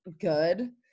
good